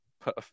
put